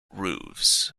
roofs